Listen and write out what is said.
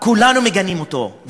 כולנו מגנים אותו,